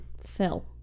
Phil